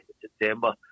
September